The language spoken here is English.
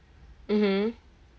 mmhmm